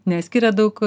neskiria daug